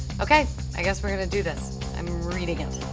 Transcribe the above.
okay. i guess we're gonna do this. i'm reading it.